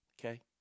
okay